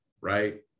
right